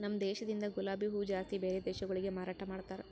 ನಮ ದೇಶದಿಂದ್ ಗುಲಾಬಿ ಹೂವ ಜಾಸ್ತಿ ಬ್ಯಾರೆ ದೇಶಗೊಳಿಗೆ ಮಾರಾಟ ಮಾಡ್ತಾರ್